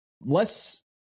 less